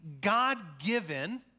God-given